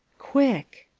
quick!